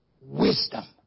wisdom